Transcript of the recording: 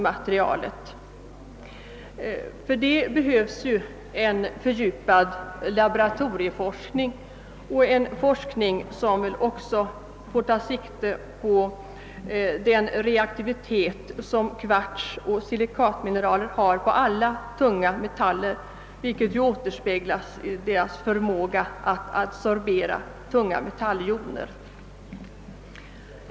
materialet..: För detta ändamål behövs en fördjupad laboratorieforskning, som också får ta sikte på den reaktivitet som kvartsoch silikatmineraler har på alla tunga metaller, något som också återspeglas i deras förmåga att adsorbera tunga metalljoner.